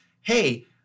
Hey